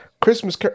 Christmas